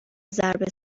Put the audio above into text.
ضرب